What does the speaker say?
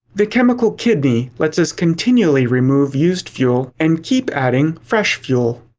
the chemical kidney lets us continually remove used-fuel and keep adding fresh-fuel.